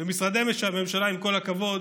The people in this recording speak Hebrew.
ומשרדי ממשלה, עם כל הכבוד,